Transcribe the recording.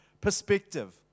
perspective